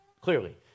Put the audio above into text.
clearly